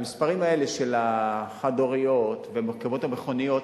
המספרים האלה של החד-הוריות וכמות המכוניות,